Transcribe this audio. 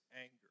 anger